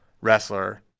wrestler